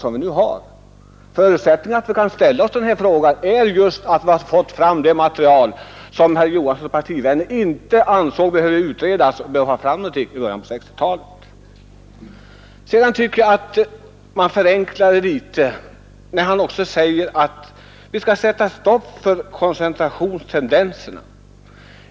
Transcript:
Förutsättningen för att vi skall kunna ställa en sådan fråga är just att vi har fått fram detta material från en utredning som herr Johanssons partivänner i början av 1960-talet inte ansåg vara nödvändig. Jag tycker vidare att han förenklar litet för mycket när han säger att vi skall sätta stopp för koncentrationstendenserna.